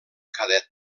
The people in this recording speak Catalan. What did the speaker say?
cadet